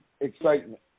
excitement